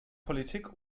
politik